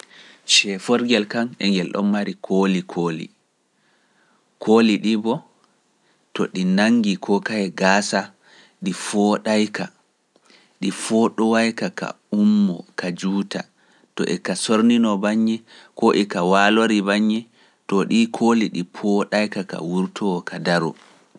Ceeforgel kanngel e ngel ɗon mari kooli kooli, kooli ɗii boo, to ɗi nanngi koo kaye gaasa, ɗi fooɗaayka, ɗi fooɗowaayka ka ummo, ka juuta, to eka sornino baŋŋe, koo eka waalori baŋŋe, to ɗii kooli ɗi pooɗaayka ka wurtoo ka daro.